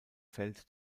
feld